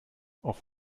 auf